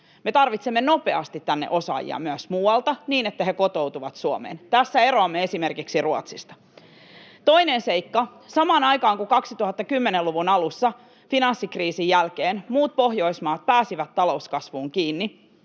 Me tarvitsemme nopeasti tänne osaajia myös muualta niin, että he kotoutuvat Suomeen. Tässä eroamme esimerkiksi Ruotsista. Toinen seikka: Samaan aikaan, kun 2010-luvun alussa, finanssikriisin jälkeen, muut Pohjoismaat pääsivät talouskasvuun kiinni,